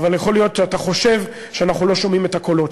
יכול להיות שאתה חושב שאנחנו לא שומעים את הקולות.